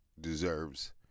deserves